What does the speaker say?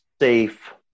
safe